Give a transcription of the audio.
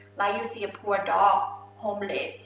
like you see a poor dog, homeless,